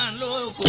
um la